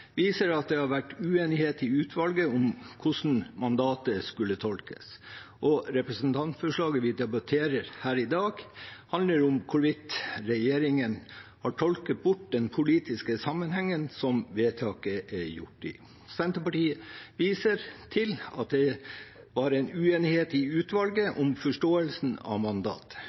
viser at det har vært uenighet i utvalget om hvordan mandatet skulle tolkes, og representantforslaget vi debatterer her i dag, handler om hvorvidt regjeringen har tolket bort den politiske sammenhengen som vedtaket er gjort i. Senterpartiet viser til at det bare var uenighet i utvalget om forståelsen av